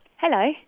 Hello